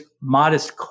modest